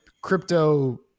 crypto